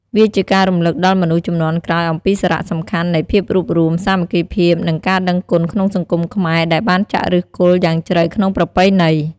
វាជាការរំលឹកដល់មនុស្សជំនាន់ក្រោយអំពីសារៈសំខាន់នៃភាពរួបរួម សាមគ្គីភាព និងការដឹងគុណក្នុងសង្គមខ្មែរ ដែលបានចាក់ឫសគល់យ៉ាងជ្រៅក្នុងប្រពៃណី។